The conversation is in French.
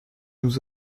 nous